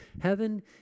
Heaven